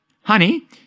honey